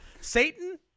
satan